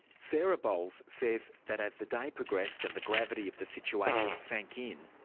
sarah bowles says that as the day progressed and the gravity of the situation sank in,